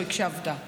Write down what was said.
לא הקשבת,